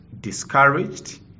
discouraged